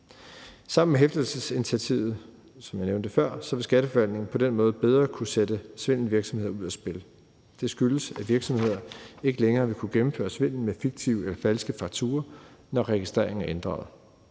Sammen med hæftelsesinitiativet, som jeg nævnte før, vil Skatteforvaltningen på den måde bedre kunne sætte svindelvirksomheder ud af spil. Det skyldes, at virksomheder ikke længere vil kunne gennemføre svindel med fiktive eller falske fakturaer, når registreringen er inddraget.